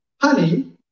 Honey